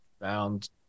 found